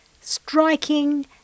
striking